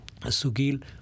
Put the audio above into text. Sugil